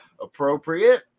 appropriate